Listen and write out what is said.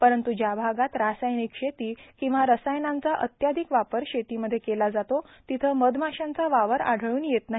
परंत्र ज्या भागात रासायनिक शेती किंवा रसायनांचा अत्याधिक वापर शेतीमध्ये केला जातो तिथं मधमाशांचा वावर आढळून येत नाही